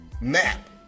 Map